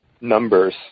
numbers